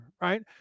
Right